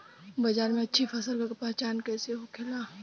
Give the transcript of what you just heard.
बाजार में अच्छी फसल का पहचान कैसे होखेला?